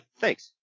Thanks